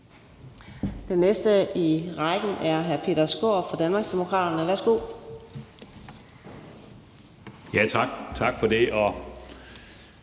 Den næste i rækken er hr. Peter Skaarup fra Danmarksdemokraterne. Værsgo. Kl. 14:52 Peter